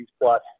plus